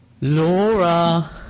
Laura